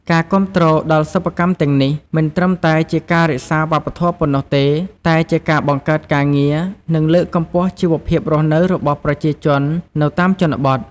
ការគាំទ្រដល់សិប្បកម្មទាំងនេះ មិនត្រឹមតែជាការរក្សាវប្បធម៌ប៉ុណ្ណោះទេ តែជាការបង្កើតការងារ និងលើកកម្ពស់ជីវភាពរស់នៅរបស់ប្រជាជននៅតាមជនបទ។